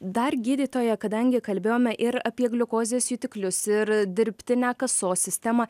dar gydytoja kadangi kalbėjome ir apie gliukozės jutiklius ir dirbtinę kasos sistemą